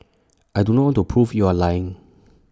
I do not to prove you are lying